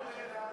500,000,